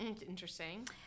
Interesting